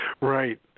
right